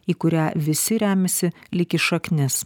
į kurią visi remiasi lyg į šaknis